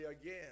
again